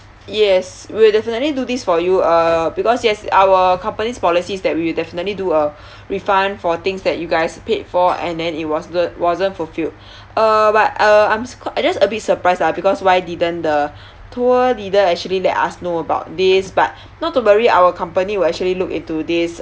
yes we'll definitely do this for you uh because yes our company's policies that we will definitely do a refund for things that you guys paid for and then it was wasn't fulfilled uh but uh I'm ca~ I'm just a bit surprised ah because why didn't the tour leader actually let us know about this but not to worry our company will actually look into this